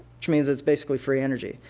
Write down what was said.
which means it's basically free energy.